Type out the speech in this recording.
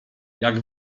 jak